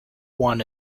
won